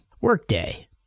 Workday